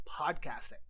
podcasting